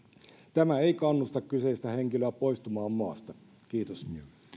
tämä ei kannusta kyseistä henkilöä poistumaan maasta kiitos